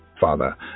Father